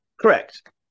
correct